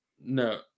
No